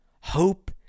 hope